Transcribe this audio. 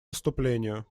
наступлению